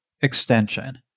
extension